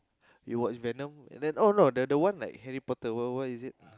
we watched Venom and then oh no the the one like Harry-Potter what what is it